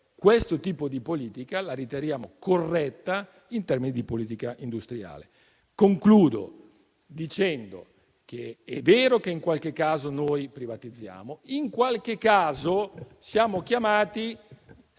questo tipo di politica sia corretta in termini di politica industriale. Concludo dicendo che è vero che in qualche caso privatizziamo. In qualche caso, però, siamo chiamati